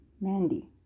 Mandy